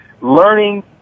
learning